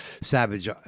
Savage